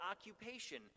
occupation